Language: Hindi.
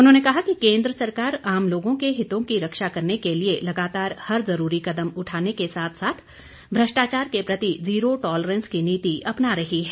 उन्होंने कहा कि केन्द्र सरकार आम लोगों के हितों की रक्षा करने के लिए लगातार हर जरूरी कदम उठाने के साथ साथ भ्रष्टाचार के प्रति जीरो टॉलरेंस की नीति अपना रही है